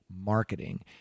Marketing